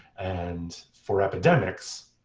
and for epidemics,